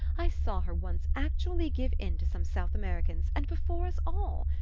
i saw her once actually give in to some south americans and before us all.